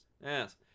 Yes